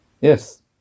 Yes